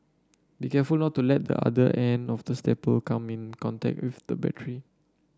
be careful not to let the other end of the staple come in contact with the battery